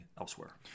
elsewhere